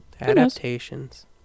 adaptations